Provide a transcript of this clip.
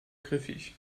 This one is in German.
griffig